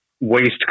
waste